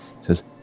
says